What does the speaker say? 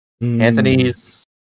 Anthony's